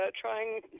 trying